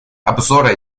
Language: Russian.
обзора